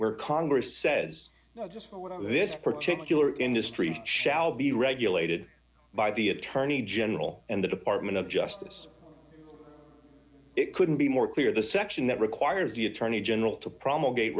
where congress says i want this particular industry shall be regulated by the attorney general and the department of justice it couldn't be more clear the section that requires the attorney general to promulgate